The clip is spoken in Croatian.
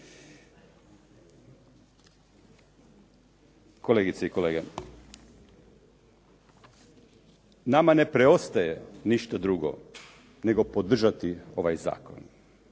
Kolegice i kolege, nama ne preostaje ništa drugo nego podržati ovaj zakon.